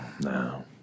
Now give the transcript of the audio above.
no